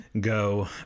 go